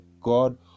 God